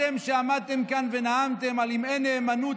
אתם שעמדתם כאן ונאמתם על "אם אין נאמנות,